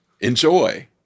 Enjoy